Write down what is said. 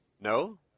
No